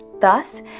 Thus